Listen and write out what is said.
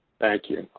thank you.